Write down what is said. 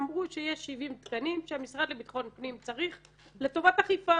אמרו שיש 70 תקנים שהמשרד לביטחון פנים צריך לטובת אכיפה.